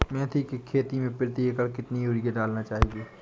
मेथी के खेती में प्रति एकड़ कितनी यूरिया डालना चाहिए?